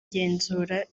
igenzura